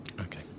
Okay